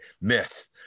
myth